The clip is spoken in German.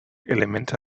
elemente